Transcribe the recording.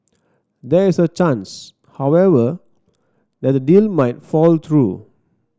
there is a chance however that the deal might fall through